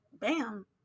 bam